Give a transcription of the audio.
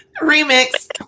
remix